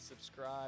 subscribe